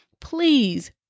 Please